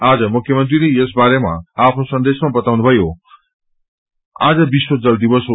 आज मुख्यमंत्रीले यस बारेमा आफ्नो सन्देशमा बताउनुभयो आज विश्व जल दिवस हो